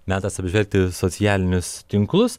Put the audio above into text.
metas apžvelgti socialinius tinklus